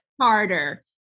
harder